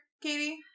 Katie